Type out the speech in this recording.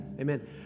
Amen